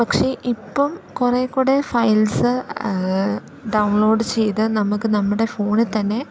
പക്ഷെ ഇപ്പം കുറേക്കൂടെ ഫൈൽസ് ഡൗൺലോഡ് ചെയ്ത് നമുക്ക് നമ്മുടെ ഫോണിൽ തന്നെ